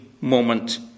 moment